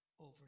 over